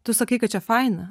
tu sakai kad čia faina